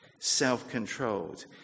self-controlled